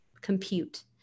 compute